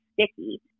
sticky